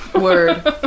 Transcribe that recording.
Word